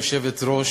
גברתי היושבת-ראש,